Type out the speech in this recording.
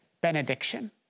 benediction